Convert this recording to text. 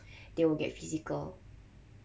they will get physical